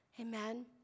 Amen